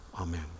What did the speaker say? Amen